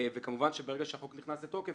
וכמובן שברגע שהחוק נכנס לתוקף,